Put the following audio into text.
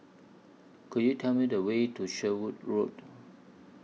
Could YOU Tell Me The Way to Sherwood Road